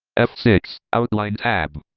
f six, outline tab,